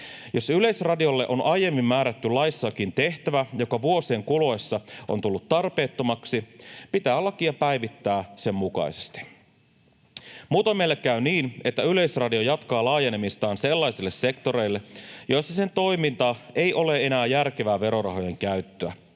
Jos Yleisradiolle on aiemmin määrätty laissakin tehtävä, joka vuosien kuluessa on tullut tarpeettomaksi, pitää lakia päivittää sen mukaisesti. Muutoin meille käy niin, että Yleisradio jatkaa laajenemistaan sellaisille sektoreille, joissa sen toiminta ei ole enää järkevää verorahojen käyttöä.